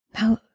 Now